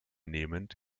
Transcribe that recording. nehmend